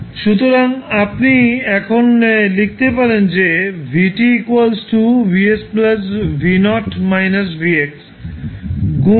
সুতরাং আপনি এখন লিখতে পারেন যে v vs গুণ